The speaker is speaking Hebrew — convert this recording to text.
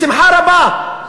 בשמחה רבה.